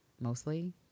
mostly